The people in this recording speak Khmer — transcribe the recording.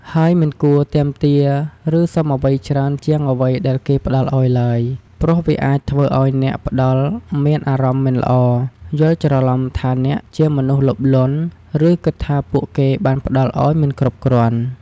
ហើយ មិនគួរទាមទារ ឬសុំអ្វីច្រើនជាងអ្វីដែលគេផ្តល់ឲ្យឡើយ ព្រោះវាអាចធ្វើឲ្យអ្នកផ្តល់មានអារម្មណ៍មិនល្អ យល់ច្រឡំថាអ្នកជាមនុស្សលោភលន់ ឬគិតថាពួកគេបានផ្តល់ឲ្យមិនគ្រប់គ្រាន់។